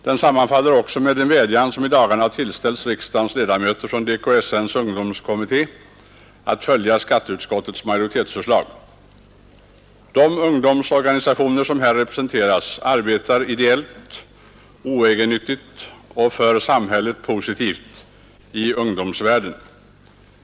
Den sammanfaller också med en vädjan som i dagarna tillställts riksdagens ledamöter från DKSN:s ungdomskommitté att följa skatteutskottets majoritetsförslag. De ungdomsorganisationer som här representeras arbetar ideellt, oegennyttigt och för samhället positivt i ungdomsvärlden.